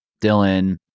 Dylan